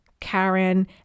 Karen